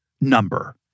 number